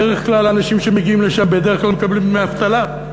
האנשים שמגיעים לשם בדרך כלל מקבלים דמי אבטלה.